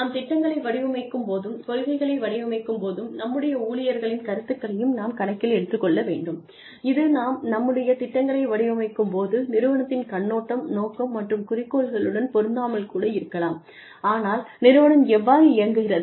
நாம் திட்டங்களை வடிவமைக்கும்போதும் கொள்கைகளை வடிவமைக்கும்போதும் நம்முடைய ஊழியர்களின் கருத்துக்களையும் நாம் கணக்கில் எடுத்துக்கொள்ள வேண்டும் இது நாம் நம்முடைய திட்டங்களை வடிவமைக்கும்போது நிறுவனத்தின் கண்ணோட்டம் நோக்கம் மற்றும் குறிக்கோள்களுடன் பொருந்தாமல் கூட இருக்கலாம் ஆனால் நிறுவனம் எவ்வாறு இயங்குகிறது